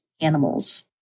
animals